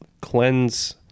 cleanse